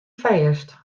fêst